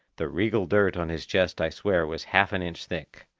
the regal dirt on his chest i swear was half an inch thick,